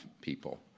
people